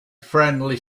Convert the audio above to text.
friendly